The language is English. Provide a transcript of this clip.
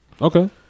Okay